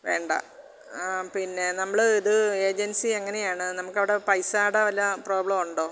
വേണ്ട പിന്നെ നമ്മള് ഇത് ഏജൻസി എങ്ങനെയാണ് നമ്മള്ക്കവിടെ പൈസയുടെ വല്ല പ്രോബ്ളവും ഉണ്ടോ